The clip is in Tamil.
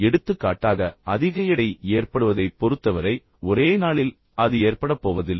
எடுத்துக்காட்டாக அதிக எடை ஏற்படுவதைப் பொறுத்தவரை ஒரே நாளில் அது ஏற்படப்போவதில்லை